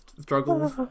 struggles